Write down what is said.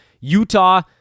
Utah